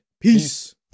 peace